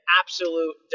absolute